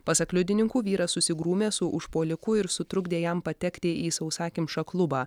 pasak liudininkų vyras susigrūmė su užpuoliku ir sutrukdė jam patekti į sausakimšą klubą